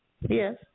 Yes